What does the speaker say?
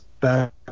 back